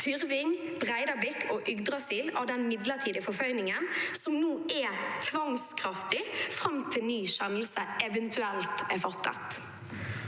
Tyrving, Breidablikk og Yggdrasil av den midlertidige forføyningen som nå er tvangskraftig fram til ny kjennelse eventuelt er fattet.